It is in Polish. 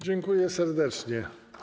Dziękuję serdecznie.